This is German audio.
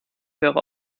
wäre